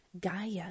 Gaia